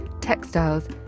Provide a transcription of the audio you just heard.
textiles